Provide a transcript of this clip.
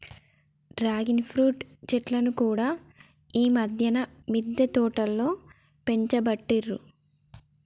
dragon fruit చెట్లను కూడా ఈ మధ్యన మిద్దె తోటలో పెంచబట్టిండ్రు